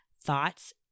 thoughts